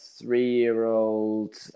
three-year-old